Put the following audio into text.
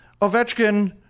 Ovechkin